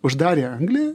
uždarė anglį